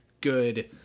good